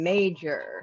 Major